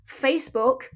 Facebook